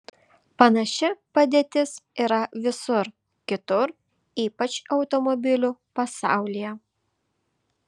panaši padėtis yra visur kitur ypač automobilių pasaulyje